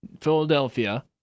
Philadelphia